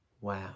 Wow